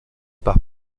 par